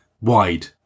wide